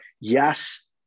yes